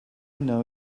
know